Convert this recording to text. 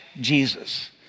Jesus